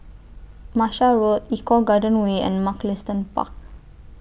Martia Road Eco Garden Way and Mugliston Park